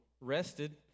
rested